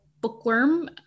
bookworm